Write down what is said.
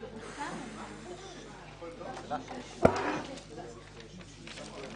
13:10.